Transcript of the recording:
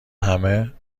همه